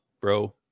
bro